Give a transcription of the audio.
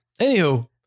Anywho